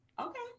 Okay